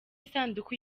isanduku